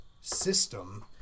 system